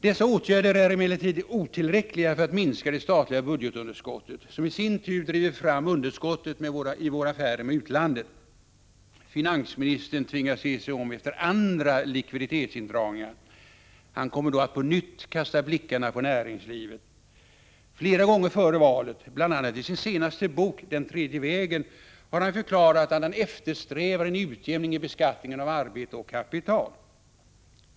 Dessa åtgärder är emellertid otillräckliga för att minska det statliga budgetunderskottet, som i sin tur driver fram underskottet i våra affärer med utlandet. Finansministern tvingas se sig om efter andra likviditetsindragningar. Han kommer då att på nytt kasta blickarna på näringslivet. Flera gånger före valet, bl.a. i sin senaste bok Den tredje vägen, har han förklarat att han eftersträvar en utjämning i beskattningen av arbete och kapital.